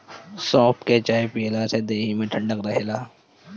सौंफ के चाय पियला से देहि में ठंडक रहेला